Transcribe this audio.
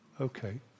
Okay